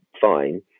fine